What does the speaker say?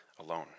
alone